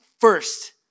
first